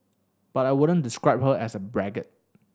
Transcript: but I wouldn't describe her as a braggart